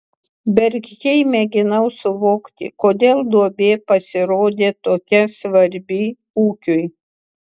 bergždžiai mėginau suvokti kodėl duobė pasirodė tokia svarbi ūkiui